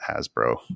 Hasbro